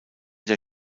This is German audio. der